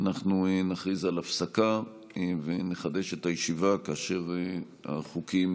אנחנו נכריז על הפסקה ונחדש את הישיבה כאשר החוקים